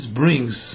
brings